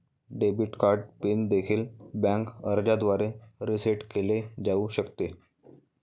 debit card pin देखील bank अर्जाद्वारे reset केले जाऊ शकते